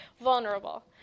vulnerable